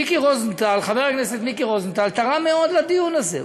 וחבר הכנסת מיקי רוזנטל תרם מאוד לדיון הזה.